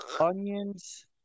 onions